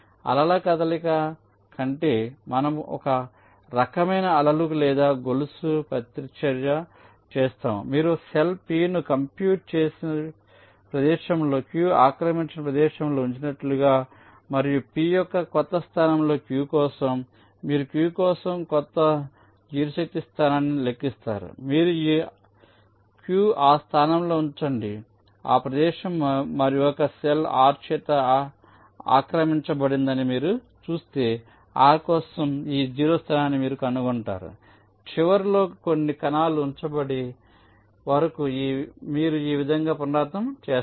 అలల కదలిక అంటే మనం ఒక రకమైన అలలు లేదా గొలుసు ప్రతిచర్య చేస్తాము మీరు సెల్ p ను కంప్యూట్ చేసిన ప్రదేశంలో q ఆక్రమించిన ప్రదేశంలో ఉంచినట్లుగా మరియు p యొక్క క్రొత్త స్థానంతో q కోసం మీరు q కోసం కొత్త 0 శక్తి స్థానాన్ని లెక్కిస్తారు మీరు q ఆ స్థానంలో ఉంచండి ఆ ప్రదేశం మరొక సెల్ r చేత ఆక్రమించబడిందని మీరు చూస్తే r కోసం ఈ 0 స్థానాన్ని మీరు కనుగొంటారు చివరిలో అన్ని కణాలు ఉంచబడే వరకు మీరు ఈ విధంగా పునరావృతం చేస్తారు